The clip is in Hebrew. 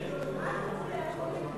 מה את מצביעה, שולי?